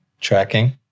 Tracking